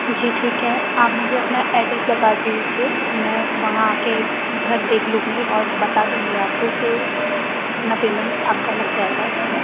जी ठीक है आप मुझे अपना एड्रेस बता दीजिए मैं वहाँ आके घर देख लूँगी और बता दूँगी आपको कि कितना पेमेंट आपका लग जाएगा इसमें